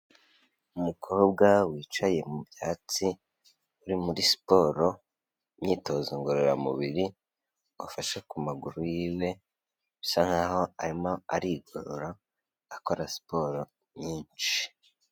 Umukobwa wicaye mu byatsi, uri muri siporo, imyitozo ngororamubiri, wafashe ku maguru yiwe, bisa nkaho arimo arigorora akora siporo nyinshi.